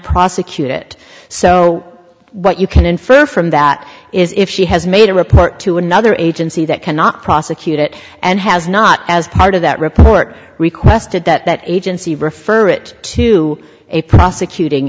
prosecute it so what you can infer from that is if she has made a report to another agency that cannot prosecute it and has not as part of that report requested that agency refer it to a prosecuting